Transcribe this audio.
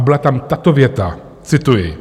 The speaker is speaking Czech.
Byla tam tato věta cituji: